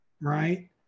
right